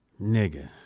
nigga